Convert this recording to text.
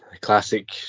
Classic